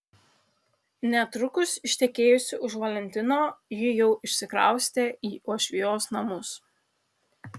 netrukus ištekėjusi už valentino ji jau išsikraustė į uošvijos namus